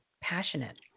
Passionate